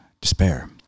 despair